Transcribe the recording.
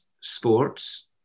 Sports